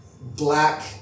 black